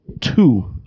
two